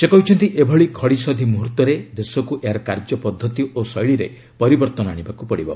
ସେ କହିଛନ୍ତି ଏଭଳି ଘଡ଼ିସନ୍ଧି ମୁହର୍ତ୍ତରେ ଦେଶକୁ ଏହାର କାର୍ଯ୍ୟ ପଦ୍ଧତି ଓ ଶୈଳୀରେ ପରିବର୍ତ୍ତନ ଆଶିବାକୁ ପଡ଼ିବ